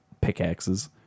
pickaxes